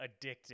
addicting